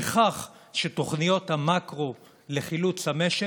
כך שתוכניות המקרו לחילוץ המשק,